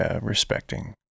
respecting